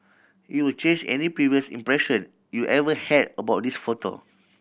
it will change any previous impression you ever had about this photo